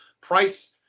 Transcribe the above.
price